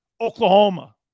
Oklahoma